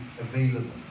available